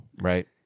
right